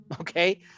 okay